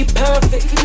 perfect